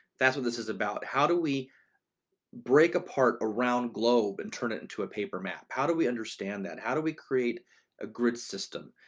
that's what this is about, how do we break apart a round globe and turn it into a paper map? how do we understand that? how do we create a grid system?